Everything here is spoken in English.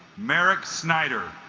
marik schneider